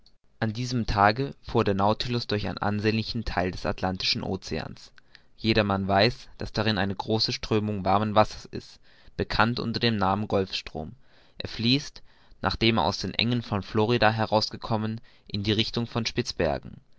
an diesem tage fuhr der nautilus durch einen ansehnlichen theil des atlantischen oceans jedermann weiß daß darin eine große strömung warmen wassers ist bekannt unter dem namen golfstrom er fließt nachdem er aus den engen von florida heraus gekommen in der richtung von spitzbergen